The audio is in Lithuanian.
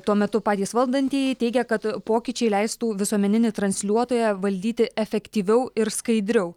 tuo metu patys valdantieji teigia kad pokyčiai leistų visuomeninį transliuotoją valdyti efektyviau ir skaidriau